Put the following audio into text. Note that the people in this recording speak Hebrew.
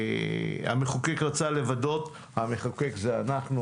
המחוקק רצה לוודא "המחוקק" זה אנחנו,